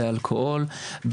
באלכוהול,